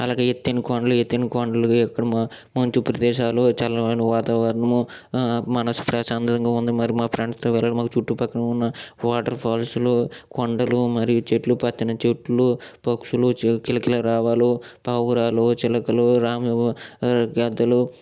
అలాగే ఎత్తైన కొండలు ఎత్తైన కొండలు ఇక్కడ మంచు ప్రదేశాలు చల్లమైన వాతావరణము మనసుకి ప్రశాంతంగా ఉంది మరి మా ఫ్రెండ్స్తో వెళ్ళిన మా చుట్టుపక్కల ఉన్న వాటర్ఫాల్స్లో కొండలు మరియు చెట్లు పచ్చని చెట్లు పక్షులు కిలకిల రాగాలు పావురాలు చిలకలు రామవు గద్దలు